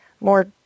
more